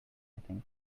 think